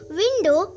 window